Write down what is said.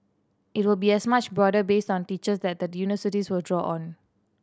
it will be as much broader based on teachers that the universities will draw on